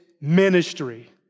Ministry